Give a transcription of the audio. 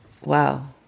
Wow